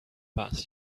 past